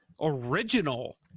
original